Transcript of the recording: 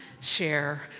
share